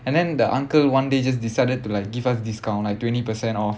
and then the uncle one day just decided to like give us discount like twenty percent off